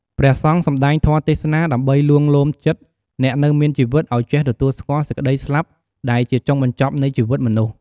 ព្រះសង្ឃសម្តែងធម៌ទេសនាដើម្បីលួងលោមចិត្តអ្នកនៅមានជីវិតឲ្យចេះទទួលស្គាល់សេចក្ដីស្លាប់ដែលជាចុងបញ្ចប់នៃជីវិតមនុស្ស។